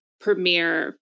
premiere